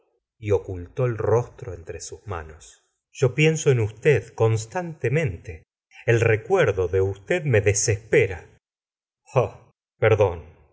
y ocultó el rostro entre sus manos yo pienso en usted constantemente el recuerdo de usted me desespera ah perdón